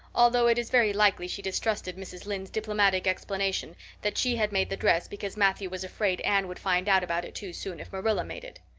although it is very likely she distrusted mrs. lynde's diplomatic explanation that she had made the dress because matthew was afraid anne would find out about it too soon if marilla made it.